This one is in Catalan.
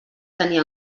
tenir